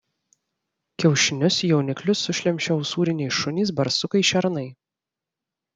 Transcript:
kiaušinius jauniklius sušlemščia usūriniai šunys barsukai šernai